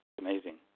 Amazing